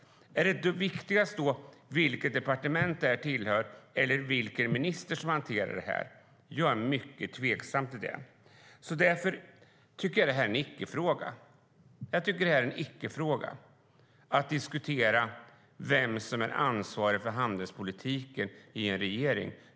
Är det viktigaste vilket departement detta tillhör och vilken minister som hanterar det? Jag är mycket tveksam till det. Jag tycker att det är en icke-fråga vem som är ansvarig för handelspolitiken i en regering.